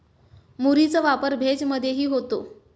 मुरीचा वापर भेज मधेही होतो